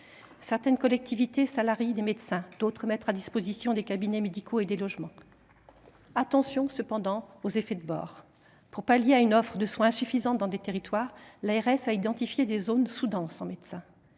Certaines collectivités salarient des médecins, d’autres mettent à disposition des cabinets médicaux et des logements. Attention cependant aux effets de bord : pour pallier l’insuffisance de l’offre de soins dans des territoires, l’ARS a identifié des zones sous denses en médecins,